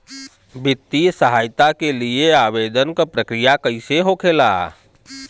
वित्तीय सहायता के लिए आवेदन क प्रक्रिया कैसे होखेला?